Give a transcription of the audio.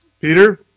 Peter